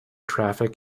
traffic